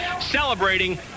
celebrating